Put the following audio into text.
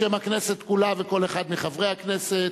בשם הכנסת כולה וכל אחד מחברי הכנסת,